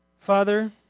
Father